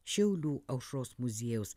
šiaulių aušros muziejaus